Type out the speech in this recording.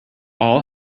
all